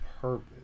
purpose